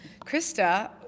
Krista